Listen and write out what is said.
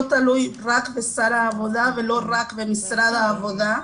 תלוי רק בשר העבודה ולא רק במשרד העבודה.